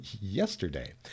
yesterday